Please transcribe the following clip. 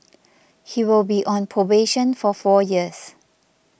he will be on probation for four years